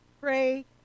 pray